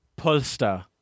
Polster